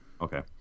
Okay